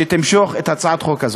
שתמשוך את הצעת החוק הזאת.